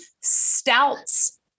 stouts